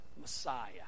Messiah